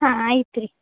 ಹಾಂ ಆಯ್ತು ರೀ